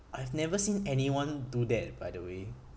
I've never seen anyone do that by the way